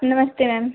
नमस्ते मैम